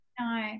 no